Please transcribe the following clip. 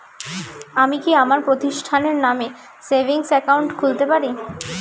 আমি কি আমার প্রতিষ্ঠানের নামে সেভিংস একাউন্ট খুলতে পারি?